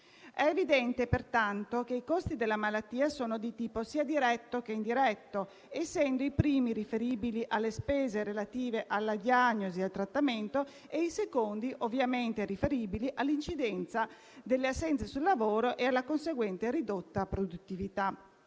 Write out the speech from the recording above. È evidente pertanto che i costi della malattia sono di tipo sia diretto che indiretto, essendo i primi riferibili alle spese relative alla diagnosi e al trattamento e i secondi ovviamente riferibili all'incidenza delle assenze sul lavoro e alla conseguente ridotta produttività.